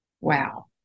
Wow